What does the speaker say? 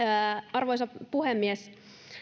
arvoisa puhemies